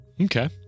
Okay